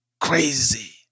Crazy